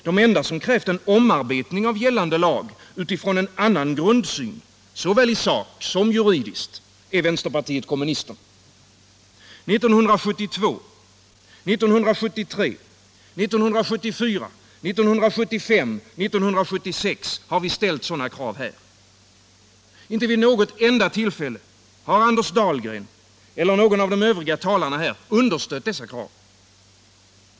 De enda som krävt en omarbetning av gällande lag utifrån en annan grundsyn såväl i sak som juridiskt är vänsterpartiet kommunisterna. 1972, 1973, 1974, 1975 och 1976 har vi ställt sådana krav här i riksdagen. Inte vid något enda tillfälle har Anders Dahlgren eller någon av de övriga talarna här understött dessa krav.